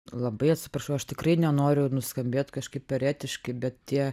labai atsiprašau aš tikrai nenoriu nuskambėt kažkaip per etiškai bet tie